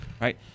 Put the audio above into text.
right